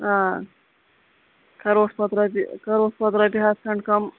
آ کرہوس پَتہٕ رۅپیہِ کرہوس پَتہٕ رۅپیہِ ہَتھ کھنٛڈ کم